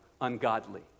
Ungodly